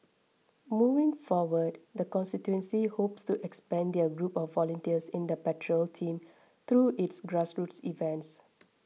moving forward the constituency hopes to expand their group of volunteers in the patrol team through its grassroots events